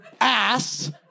ass